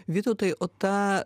vytautai o ta